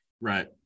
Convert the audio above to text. Right